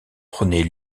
prônait